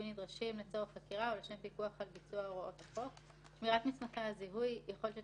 ברישיון מכוח חוק הפיקוח על שירותים פיננסיים